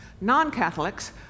Non-Catholics